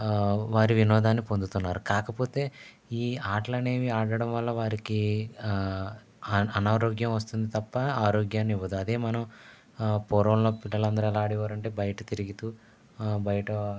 వారి వినోదాన్ని పొందుతున్నారు కాకపోతే ఈ ఆటలనేవి ఆడటం వల్ల వారికి అన అనారోగ్యం వస్తుంది తప్ప ఆరోగ్యాన్ని ఇవ్వదు అదే మనం పూర్వంలో పిల్లలందరూ ఎలా ఆడేవారంటే బయట తిరిగుతూ బయట